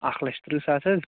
اکھ لچھ ترٕہ ساس حظ